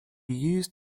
used